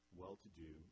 well-to-do